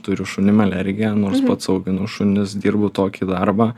turiu šunim alergiją nors pats auginu šunis dirbu tokį darbą